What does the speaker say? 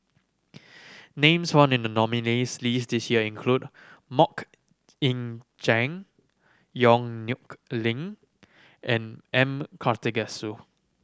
names found in the nominees' list this year include Mok Ying Jang Yong Nyuk Lin and M Karthigesu